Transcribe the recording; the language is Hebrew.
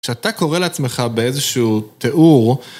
כשאתה קורא לעצמך באיזשהו תיאור...